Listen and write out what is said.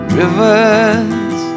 rivers